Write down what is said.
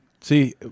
See